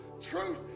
truth